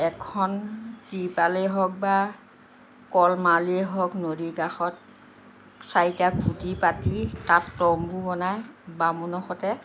এখন তিৰপালেই হওক বা কলমাৰলীয়েই হওক নদীৰ কাষত চাৰিটা খুঁটি পাতি তাত তম্বু বনাই বামুণৰ সৈতে